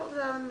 בבקשה.